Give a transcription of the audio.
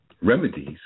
remedies